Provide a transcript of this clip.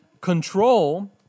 control